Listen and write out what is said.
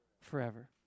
forever